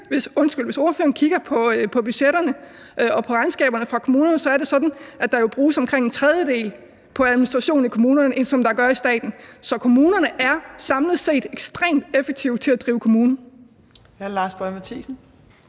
Og hvis ordføreren kigger på budgetterne og regnskaberne fra kommunerne, er det sådan, at der bruges omkring en tredjedel mindre på administration i kommunerne, end der gør i staten. Så kommunerne er samlet set ekstremt effektive til at drive kommune. Kl. 16:58 Fjerde